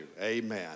Amen